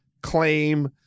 claim